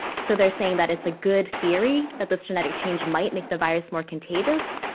so they're saying that it's a good theory that this genetic change might make the virus more contagious,